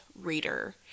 reader